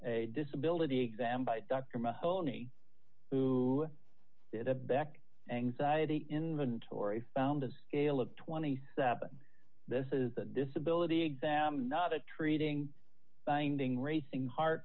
a disability exam by dr mahoney who did a back anxiety inventory found a scale of twenty seven this is a disability exam not a treating finding racing heart